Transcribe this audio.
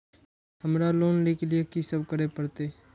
हमरा लोन ले के लिए की सब करे परते?